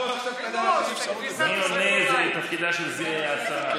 מי עונה, זה תפקידה של השרה.